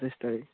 বিছ তাৰিখ